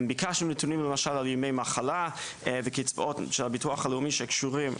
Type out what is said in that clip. ביקשנו נתונים למשל על ימי מחלה וקצבות של הביטוח הלאומי שקשורות